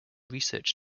research